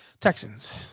Texans